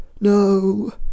No